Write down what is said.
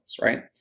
right